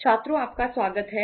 छात्रों आपका स्वागत है